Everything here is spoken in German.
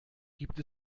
gibt